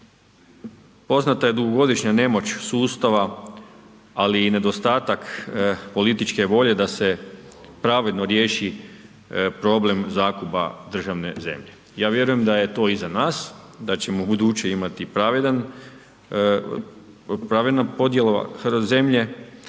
Poznata je dugogodišnja nemoć sustava ali i nedostatak političke volje da se pravedno riječi problem zakupa državne zemlje. Ja vjerujem da je to iza nas, da ćemo u buduće imati pravednu podjelu zemlje